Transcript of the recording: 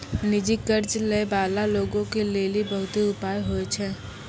निजी कर्ज लै बाला लोगो के लेली बहुते उपाय होय छै